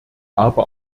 aber